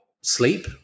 sleep